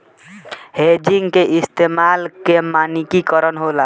hedging के इस्तमाल के मानकी करण होला